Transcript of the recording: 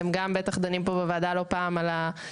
אני מניחה שאתם גם בטח דנים פה בוועדה לא פעם על העצמאות